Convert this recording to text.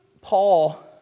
Paul